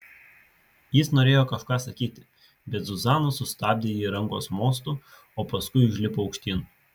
jis norėjo kažką sakyti bet zuzana sustabdė ji rankos mostu o paskui užlipo aukštyn